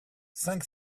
cinq